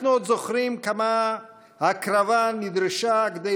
אנחנו עוד זוכרים כמה הקרבה נדרשה כדי